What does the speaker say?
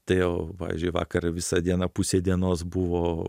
tai jau pavyzdžiui vakar visą dieną pusė dienos buvo